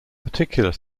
particular